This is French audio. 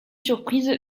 surprise